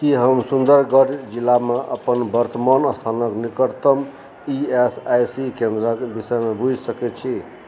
की हम सुंदरगढ़ जिलामे अपन वर्तमान स्थानक निकटतम ई एस आई सी केंद्रक विषयमे बूझि सकैत छी